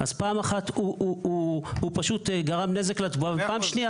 אז פעם אחת הוא פשוט גרם נזק לתבואה ופעם שנייה